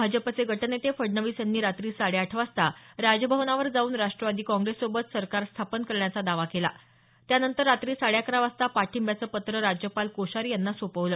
भाजपचे गटनेते फडणवीस यांनी रात्री साडेआठ वाजता राजभवनावर जाऊन राष्ट्रवादी कॉग्रेस सोबत सरकार स्थापन करण्याचा दावा केला त्यानंतर रात्री साडेअकरा वाजता पाठिंब्याचे पत्र राज्यपाल कोश्यारी यांना सोपवले